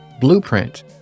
Blueprint